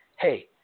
hey